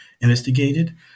investigated